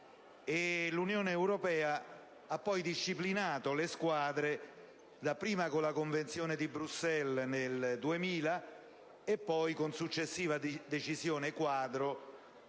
L'Unione europea ha poi disciplinato le squadre, dapprima con la Convenzione di Bruxelles del 2000 e quindi con successiva decisione quadro